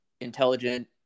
intelligent